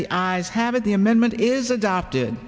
the eyes have it the amendment is adopted